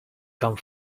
come